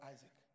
Isaac